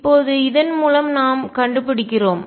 இப்போது இதன் மூலம் நாம் கண்டுபிடிக்கிறோம்